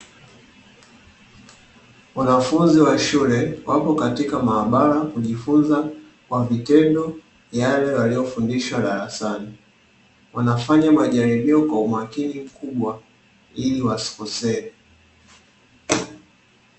Wanafunzi wa shule wapo katika maabara kujifunza kwa vitendo yale waliyofundishwa darasani, wanafanya majaribio kwa umakini mkubwa ili wasikosehe.